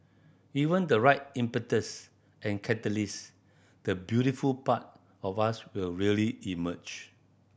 given the right impetus and catalyst the beautiful part of us will really emerge